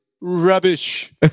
rubbish